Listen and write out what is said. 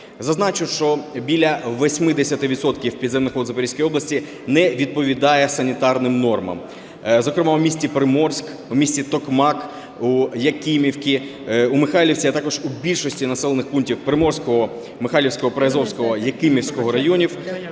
Зазначу, що біля 80 відсотків підземних вод Запорізької області не відповідають санітарним нормам. Зокрема, у місті Приморськ, у місті Токмак, у Якимівці, у Михайлівці, а також у більшості населених пунктів Приморського, Михайлівського, Приазовського, Якимівського районів